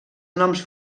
noms